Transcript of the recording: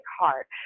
heart